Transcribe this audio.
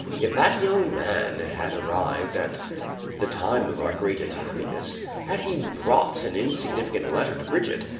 if that young man had arrived at the time of our greatest happiness, had he brought an insignificant letter to brigitte,